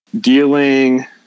dealing